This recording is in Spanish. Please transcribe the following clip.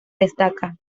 destaca